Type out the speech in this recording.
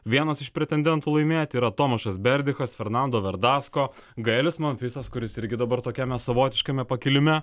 vienas iš pretendentų laimėti yra tomušas berdihas fernando verdasko gaelis monfisas kuris irgi dabar tokiame savotiškame pakilime